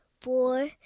four